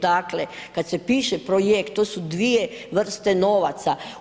Dakle, kad se piše projekt to su dvije vrste novaca.